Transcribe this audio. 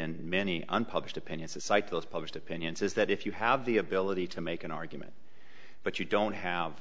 in many unpublished opinion cycles public opinion says that if you have the ability to make an argument but you don't have